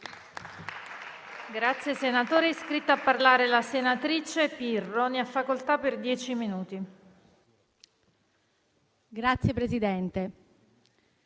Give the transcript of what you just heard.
Grazie.